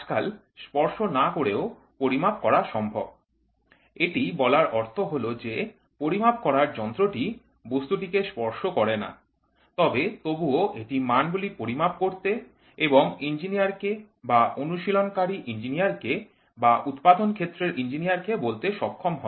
আজকাল স্পর্শ না করেও পরিমাপ করা সম্ভব এটি বলার অর্থ হল যে পরিমাপ করার যন্ত্র টি বস্তুটিকে স্পর্শ করে না তবে তবুও এটি মানগুলি পরিমাপ করতে এবং ইঞ্জিনিয়ারকে বা অনুশীলনকারী ইঞ্জিনিয়ারকে বা উৎপাদন ক্ষেত্রের ইঞ্জিনিয়ারকে বলতে সক্ষম হয়